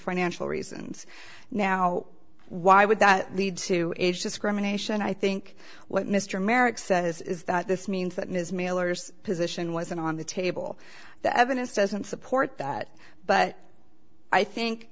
financial reasons now why would that lead to age discrimination i think what mr merrick says is that this means that ms mailer's position wasn't on the table the evidence doesn't support that but i think